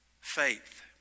faith